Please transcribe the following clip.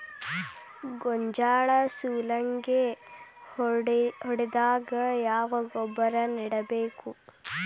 ಗೋಂಜಾಳ ಸುಲಂಗೇ ಹೊಡೆದಾಗ ಯಾವ ಗೊಬ್ಬರ ನೇಡಬೇಕು?